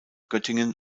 göttingen